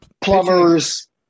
Plumbers